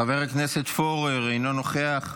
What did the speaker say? חבר הכנסת פורר, אינו נוכח,